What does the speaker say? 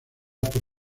pro